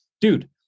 dude